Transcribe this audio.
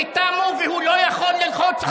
והוא לא יכול ללחוץ עוד פעם.